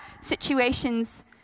situations